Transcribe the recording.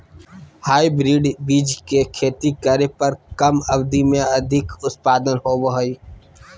hybrid बीज से खेती करे पर कम अवधि में अधिक उत्पादन होबो हइ